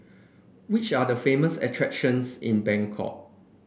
which are the famous attractions in Bangkok